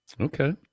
Okay